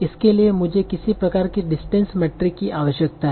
इसके लिए मुझे किसी प्रकार की डिस्टेंस मेट्रिक की आवश्यकता है